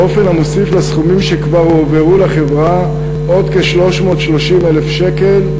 באופן המוסיף לסכומים שכבר הועברו לחברה עוד כ-300,000 שקל.